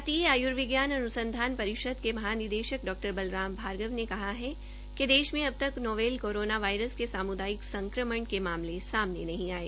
भारतीय आय्र्विज्ञान अनुसंधान परिषद के महानिदेशक डॉ बलराम भार्गव ने कहा है कि देश में अब तक नोवेल कोरोना के सामुदायिक संक्रमण के मामले सामने नहीं आये